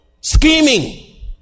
scheming